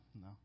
no